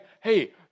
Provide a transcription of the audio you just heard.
hey